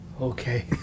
Okay